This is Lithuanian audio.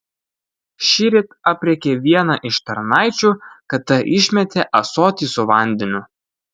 šįryt aprėkė vieną iš tarnaičių kad ta išmetė ąsotį su vandeniu